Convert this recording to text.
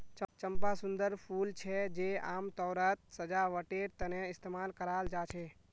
चंपा सुंदर फूल छे जे आमतौरत सजावटेर तने इस्तेमाल कराल जा छे